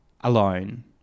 alone